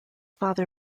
father